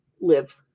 live